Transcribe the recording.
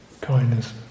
kindness